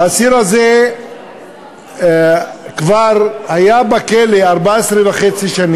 האסיר הזה כבר היה בכלא 14 שנים וחצי,